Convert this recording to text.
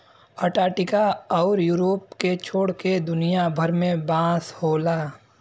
Antarctica आउर Europe के छोड़ के दुनिया भर में बांस होला